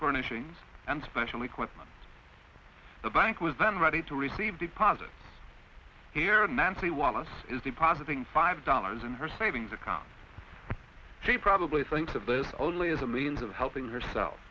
furnishings and special equipment the bank was then ready to receive deposit here nancy wallace is the positing five dollars in her savings account she probably thinks of this only as a means of helping herself